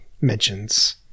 mentions